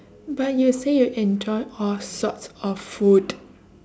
but you say you enjoy all sorts of food